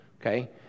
okay